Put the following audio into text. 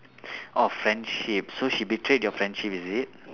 orh friendship so she betrayed your friendship is it